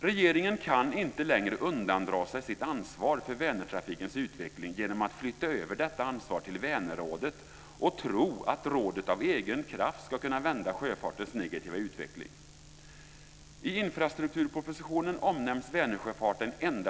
Regeringen kan inte längre undandra sig sitt ansvar för Vänertrafikens utveckling genom att flytta över detta ansvar till Vänerrådet och tro att rådet av egen kraft ska kunna vända sjöfartens negativa utveckling.